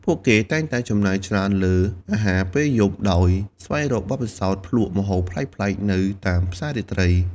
ពួកគេតែងតែចំណាយច្រើនលើអាហារពេលយប់ដោយស្វែងរកបទពិសោធន៍ភ្លក្សម្ហូបប្លែកៗនៅតាមផ្សាររាត្រី។